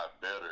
better